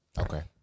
Okay